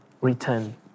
return